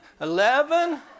eleven